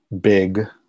big